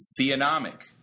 theonomic